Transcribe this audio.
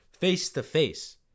face-to-face